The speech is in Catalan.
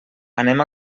anem